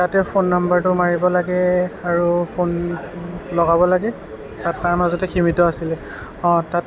তাতেই ফোন নাম্বাৰটো মাৰিব লাগে আৰু ফোন লগাব লাগে তা তাৰ মাজতে সীমিত আছিলে তাত